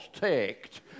ticked